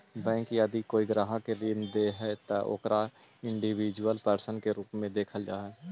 bank यदि कोई ग्राहक के ऋण दे हइ त ओकरा इंडिविजुअल पर्सन के रूप में देखल जा हइ